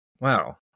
Wow